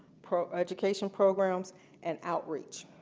education programs and outreach.